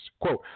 Quote